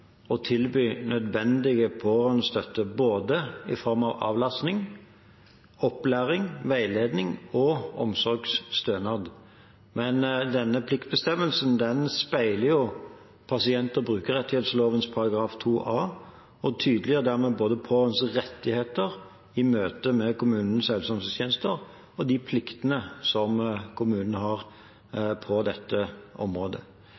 i form av både avlastning, opplæring, veiledning og omsorgsstønad. Men denne pliktbestemmelsen speiler jo pasient- og brukerrettighetsloven § 2-1 a og tydeliggjør dermed både pårørendes rettigheter i møte med kommunens helse- og omsorgstjenester og de pliktene som kommunen har på dette området.